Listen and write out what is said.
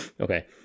Okay